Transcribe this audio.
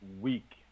week